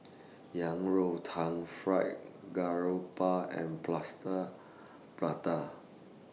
Yang Rou Tang Fried Garoupa and Plaster Prata